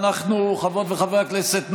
חברות וחברי הכנסת,